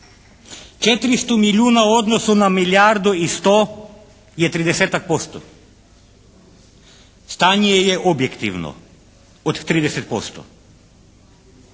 400 milijuna u odnosu na milijardu i 100 je tridesetak posto. Stanje je objektivno od 30%.